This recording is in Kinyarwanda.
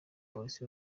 polisi